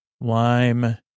lime